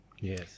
Yes